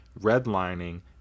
redlining